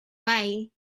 way